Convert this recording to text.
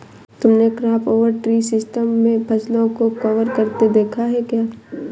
तुमने crop over tree system से फसलों को कवर करते देखा है क्या?